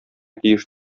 тиеш